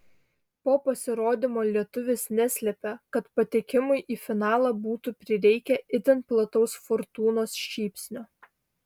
po pasirodymo lietuvis neslėpė kad patekimui į finalą būtų prireikę itin plataus fortūnos šypsnio